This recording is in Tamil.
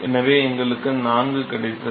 எனவே எங்களுக்கு 4 கிடைத்தது